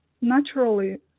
naturally